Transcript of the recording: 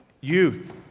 Youth